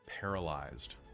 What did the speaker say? Paralyzed